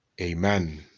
amen